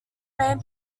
main